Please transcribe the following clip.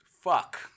Fuck